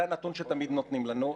זה הנתון שתמיד נותנים לנו.